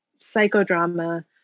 psychodrama